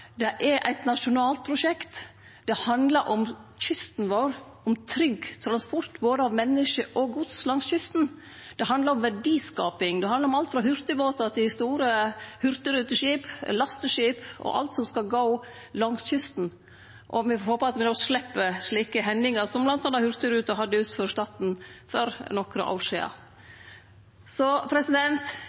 Det er eit nasjonalt prosjekt. Det handlar om kysten vår og om trygg transport av både menneske og gods langs kysten. Det handlar om verdiskaping. Det handlar om alt frå hurtigbåtar til store hurtigruteskip og lasteskip – alt som skal gå langs kysten – og me får håpe at me då slepp slike hendingar som bl.a. hurtigruta hadde utanfor Stad for nokre år sidan.